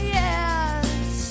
yes